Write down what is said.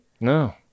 No